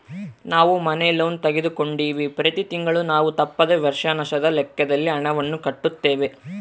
ನಾವು ಮನೆ ಲೋನ್ ತೆಗೆದುಕೊಂಡಿವ್ವಿ, ಪ್ರತಿ ತಿಂಗಳು ನಾವು ತಪ್ಪದೆ ವರ್ಷಾಶನದ ಲೆಕ್ಕದಲ್ಲಿ ಹಣವನ್ನು ಕಟ್ಟುತ್ತೇವೆ